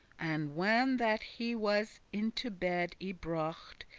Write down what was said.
and when that he was into bed y-brought,